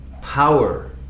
power